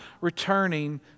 returning